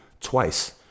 twice